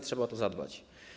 Trzeba o to zadbać.